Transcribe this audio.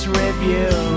review